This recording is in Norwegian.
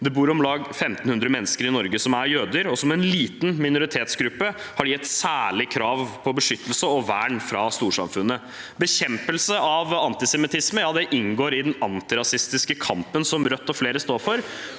Det bor om lag 1 500 mennesker i Norge som er jøder, og som en liten minoritetsgruppe har de et særlig krav på beskyttelse og vern fra storsamfunnet. Bekjempelse av antisemittisme inngår i den antirasistiske kampen Rødt og flere står for,